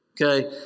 Okay